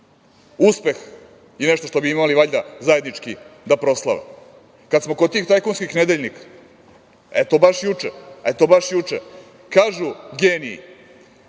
uspeh i nešto što bi imali, valjda, zajednički da proslave. Kad smo kod tih tajkunskih nedeljnika, eto, baš juče kažu geniji,